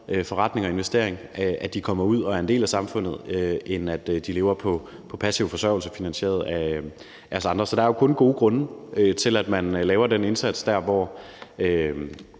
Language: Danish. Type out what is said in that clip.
forretning og investering, at de kommer ud og er en del af samfundet, end at de lever på passiv forsørgelse finansieret af os andre. Så der er jo kun gode grunde til, at man laver den indsats der, hvor